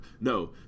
no